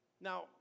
Now